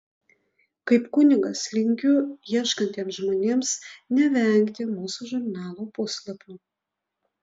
kaip kunigas linkiu ieškantiems žmonėms nevengti mūsų žurnalo puslapių